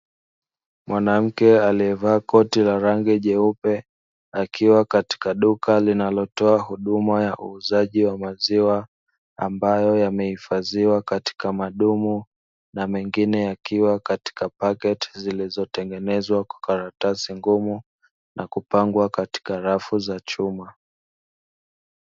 Mwanamke aliyevalia koti la rangi nyeupe akiwa katika duka kinalotoa huduma ya uuzaji wa maziwa, ambayo yameifadhiwa katika nadumu na mengine yakiwa katika pakiti zilizotengenezwa kwa karatasi ngumu na kupangwa katika rafu za chuma